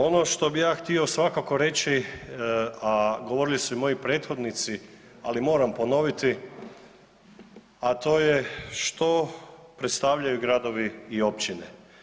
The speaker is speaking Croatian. Ono što bih ja htio svakako reći, a govorili su i moji prethodnici, ali moram ponoviti a to je što predstavljaju gradovi i općine.